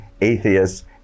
atheists